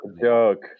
joke